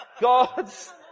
God's